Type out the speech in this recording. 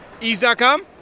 Ease.com